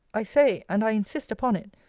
i say, and i insist upon it,